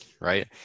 right